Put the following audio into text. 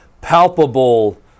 palpable